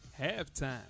Halftime